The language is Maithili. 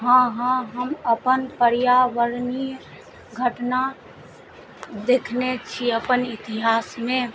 हँ हँ हम अपन पर्यावरणीय घटना देखने छी अपन इतिहासमे